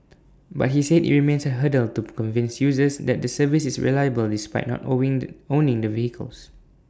but he said IT remains A hurdle to convince users that the service is reliable despite not owing the owning the vehicles